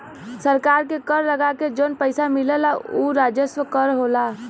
सरकार के कर लगा के जौन पइसा मिलला उ राजस्व कर होला